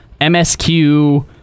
MSQ